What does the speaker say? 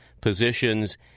positions